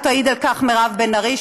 ותעיד על כך מירב בן ארי,